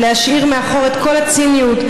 להשאיר מאחור את כל הציניות,